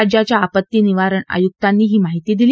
राज्याच्या आपत्ती निवारण आयुक्तांनी ही माहिती दिली